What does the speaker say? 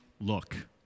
look